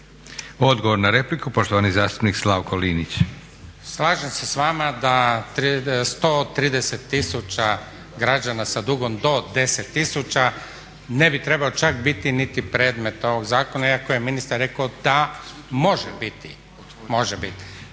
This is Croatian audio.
Odgovor na repliku poštovani zastupnik Slavko Linić. **Linić, Slavko (Nezavisni)** Slažem se s vama da 130 tisuća građana sa dugom do 10000 ne bi trebalo čak biti niti predmet ovog zakona iako je ministar rekao da može bit, može biti.